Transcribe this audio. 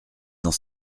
dans